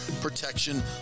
protection